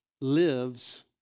lives